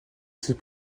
ses